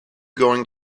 going